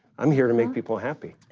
i'm here to make people happy,